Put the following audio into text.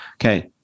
Okay